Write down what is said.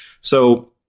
So-